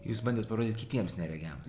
jūs bandėt parodyt kitiems neregiams